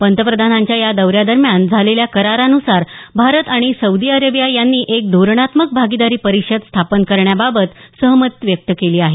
पंतप्रधानांच्या या दौऱ्यादरम्यान झालेल्या करारानुसार भारत आणि सौदी अरेबिया यांनी एक धोरणात्मक भागीदारी परिषद स्थापन करण्याबाबत सहमती व्यक्त केली आहे